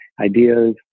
ideas